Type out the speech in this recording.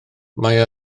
mae